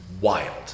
wild